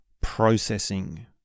processing